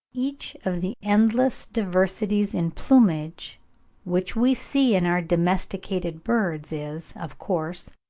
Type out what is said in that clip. each of the endless diversities in plumage which we see in our domesticated birds is, of course,